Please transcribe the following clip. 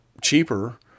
cheaper